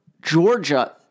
Georgia